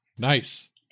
Nice